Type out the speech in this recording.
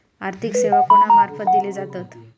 आर्थिक सेवा कोणा मार्फत दिले जातत?